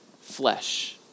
flesh